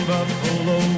Buffalo